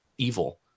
evil